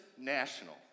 national